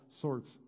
sorts